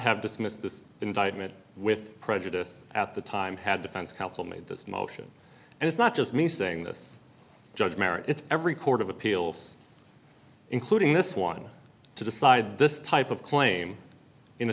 have dismissed this indictment with prejudice at the time had defense counsel made this motion and it's not just me saying this judge merit it's every court of appeals including this one to decide this type of claim in